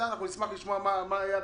נשמח לשמוע מה היה,